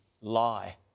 lie